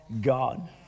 God